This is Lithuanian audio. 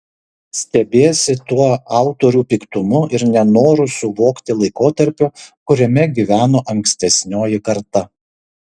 stebiesi tuo autorių piktumu ir nenoru suvokti laikotarpio kuriame gyveno ankstesnioji karta